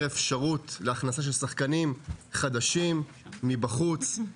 אפשרות להכנסה של שחקנים חדשים מבחוץ.